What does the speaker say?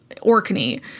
orkney